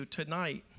tonight